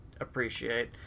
appreciate